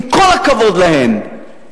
עם כל הכבוד להן,